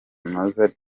mzee